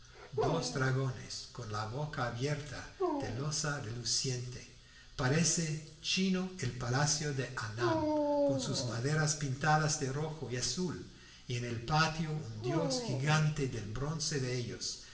dos dragones con la boca abierta de loza reluciente parece chino el palacio de anam con sus maderas pintadas de rojo y azul y en el patio un dios gigante del bronce de ellos